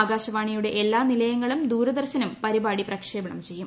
ആകാശവാണിയുടെ എല്ലാ നിലയങ്ങളും ദൂരദർശനും പരിപാടി പ്രക്ഷേപണം ചെയ്യും